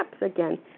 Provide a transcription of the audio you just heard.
again